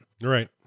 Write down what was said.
right